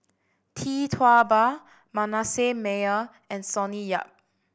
Tee Tua Ba Manasseh Meyer and Sonny Yap